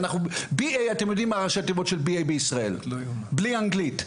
BA אתם יודעים מה ראשי התיבות של BA בישראל בלי אנגלית.